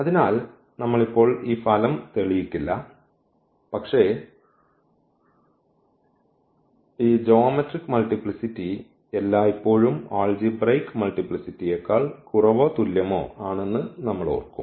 അതിനാൽ നമ്മൾ ഇപ്പോൾ ഈ ഫലം തെളിയിക്കില്ല പക്ഷേ ഈ ജ്യോമെട്രിക് മൾട്ടിപ്ലിസിറ്റി എല്ലായ്പ്പോഴും ആൾജിബ്രയ്ക് മൾട്ടിപ്ലിസിറ്റിയേക്കാൾ കുറവോ തുല്യമോ ആണെന്ന് നമ്മൾ ഓർക്കും